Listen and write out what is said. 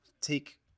take